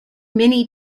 minnie